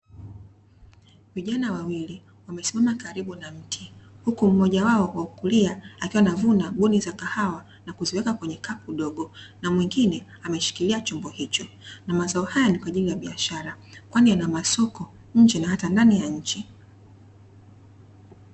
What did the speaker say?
Vijana wawili wamesiama karibu na mti huku mmoja wao wa kulia akiwa anavuna buni za kahawa na kuziweka kwenye kapu dogo, na mwengine ameshikilia chombo hicho na mazao hayo ni kwaajili ya biashara kwani yana masoko nje na hata ndani ya nchi.